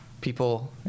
People